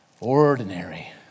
ordinary